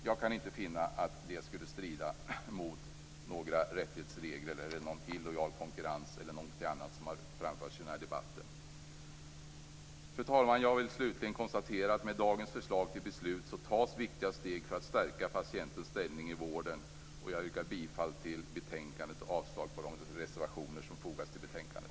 Jag kan inte finna att detta skulle strida mot några rättighetsregler, att det skulle leda till illojal konkurrens eller någonting annat som har framförts i den här debatten. Fru talman! Jag vill slutligen konstatera att med dagens förslag till beslut tas viktiga steg för att stärka patientens ställning i vården. Jag yrkar bifall till hemställan i betänkandet och avslag på de reservationer som fogats till betänkandet.